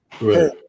Right